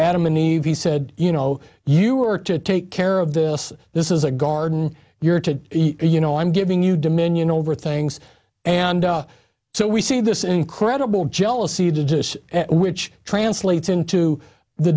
adam and eve he said you know you were to take care of this this is a garden you're to you know i'm giving you dominion over things and so we see this incredible jealousy to this which translates into the